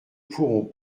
pourrons